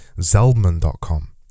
zeldman.com